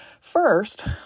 First